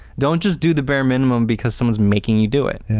don't just do the bare minimum because someone's making you do it.